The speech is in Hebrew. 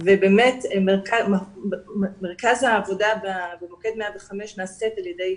ובאמת מרכז העבודה במוקד 105 נעשית על ידי